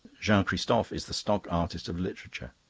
jean-christophe is the stock artist of literature,